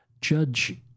judge